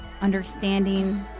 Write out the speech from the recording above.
understanding